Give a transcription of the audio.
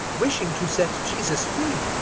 wishing to set jesus free.